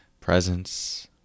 presence